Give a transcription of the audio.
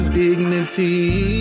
dignity